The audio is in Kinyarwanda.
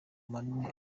manini